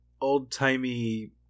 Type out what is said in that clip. old-timey